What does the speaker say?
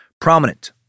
prominent